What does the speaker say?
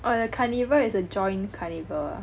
oh the carnival is a joint carnival ah